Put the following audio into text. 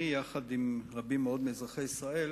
אני, יחד עם רבים מאוד מאזרחי ישראל,